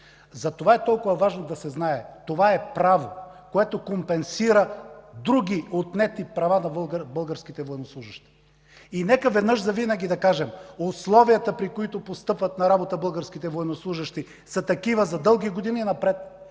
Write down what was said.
Затова е толкова важно да се знае – това е право, което компенсира други отнети права на българските военнослужещи. Нека веднъж завинаги да кажем: условията, при които постъпват на работа българските военнослужещи, са такива за дълги години напред,